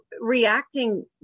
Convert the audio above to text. reacting